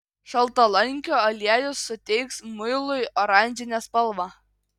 šaltalankio aliejus suteiks muilui oranžinę spalvą